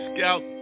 Scout